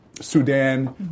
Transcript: Sudan